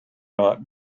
not